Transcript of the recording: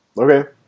Okay